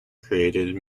created